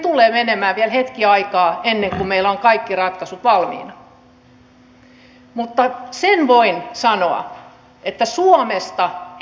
meillä tulee menemään vielä hetki aikaa ennen kuin meillä on kaikki ratkaisut valmiina mutta sen voin sanoa että suomesta ei lopu junaliikenne